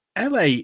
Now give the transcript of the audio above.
LA